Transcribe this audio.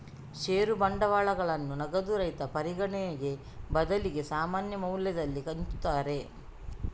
ಷೇರು ಬಂಡವಾಳಗಳನ್ನ ನಗದು ರಹಿತ ಪರಿಗಣನೆಗೆ ಬದಲಿಗೆ ಸಾಮಾನ್ಯ ಮೌಲ್ಯದಲ್ಲಿ ಹಂಚುತ್ತಾರೆ